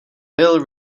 bill